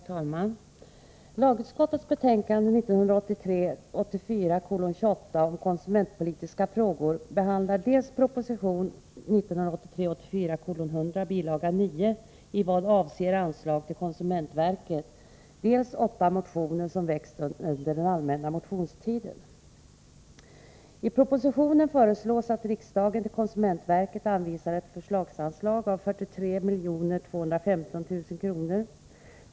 Herr talman! Lagutskottets betänkande 1983 84:100, bilaga 9, i vad avser anslag till konsumentverket, dels åtta motioner som väckts under den allmänna motionstiden. I propositionen föreslås att riksdagen till konsumentverket anvisar ett förslagsanslag av 43 215 000 kr.